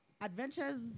Adventures